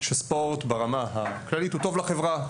שספורט ברמה הכללית טוב לחברה.